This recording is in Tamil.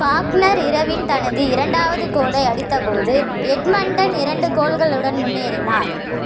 காக்னர் இரவின் தனது இரண்டாவது கோலை அடித்தபோது எட்மண்டன் இரண்டு கோல்களுடன் முன்னேறினார்